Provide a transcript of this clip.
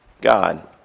God